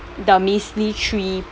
the measly three